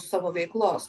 savo veiklos